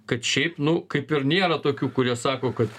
kad šiaip nu kaip ir nėra tokių kurie sako kad